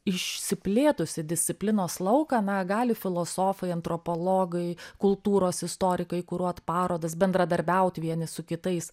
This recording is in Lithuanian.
išsiplėtusį disciplinos lauką na gali filosofai antropologai kultūros istorikai kuruot parodas bendradarbiaut vieni su kitais